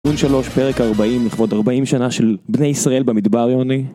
תיקון שלוש, פרק ארבעים, לכבוד ארבעים שנה של בני ישראל במדבר, יוני.